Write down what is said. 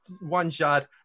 one-shot